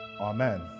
Amen